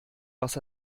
was